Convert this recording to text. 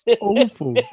Awful